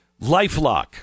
LifeLock